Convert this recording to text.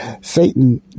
Satan